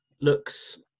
looks